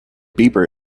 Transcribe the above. bieber